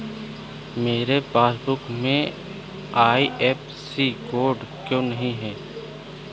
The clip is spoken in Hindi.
मेरे पासबुक में आई.एफ.एस.सी कोड क्यो नहीं है?